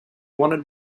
wanted